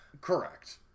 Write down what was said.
Correct